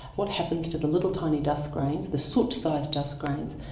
what happens to the little tiny dust grains, the soot sized dust grains?